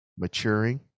maturing